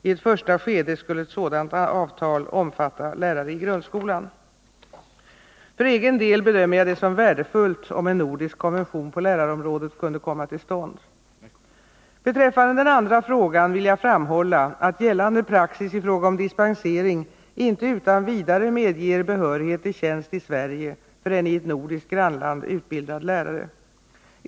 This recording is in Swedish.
I ett första skede skulle ett sådant avtal omfatta lärare i grundskolan. För egen del bedömer jag det som värdefullt om en nordisk konvention på lärarområdet kunde komma till stånd. Beträffande den andra frågan vill jag framhålla att gällande praxis i fråga om dispensering inte utan vidare medger behörighet till tjänst i Sverige för en i ett nordiskt grannland utbildad lärare.